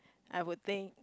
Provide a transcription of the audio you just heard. I would think